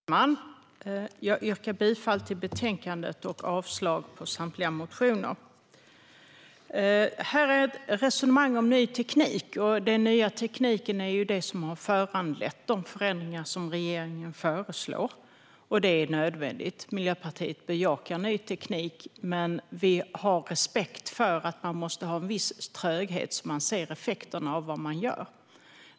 Fru talman! Jag yrkar bifall till utskottets förslag i betänkandet och avslag på samtliga motioner. Här förs det ett resonemang om ny teknik. Den nya tekniken är ju det som har föranlett de nödvändiga förändringar som regeringen föreslår. Miljöpartiet bejakar ny teknik, men vi har respekt för att man måste ha en viss tröghet så att man ser effekterna av det som görs.